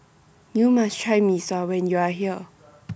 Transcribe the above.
YOU must Try Mee Sua when YOU Are here